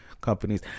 companies